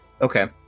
Okay